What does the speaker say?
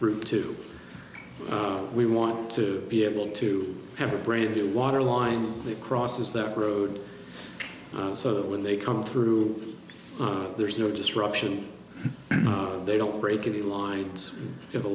route to we want to be able to have a brand new water line that crosses that road so that when they come through on there's no disruption they don't break any lines if the